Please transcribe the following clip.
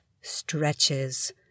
stretches